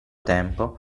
tempo